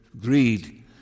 greed